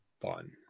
fun